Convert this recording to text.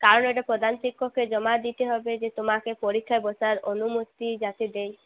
কারণ ওটা প্রধান শিক্ষককে জমা দিতে হবে যে তোমাকে পরীক্ষায় বসার অনুমতি যাতে দেয়